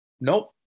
Nope